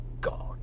God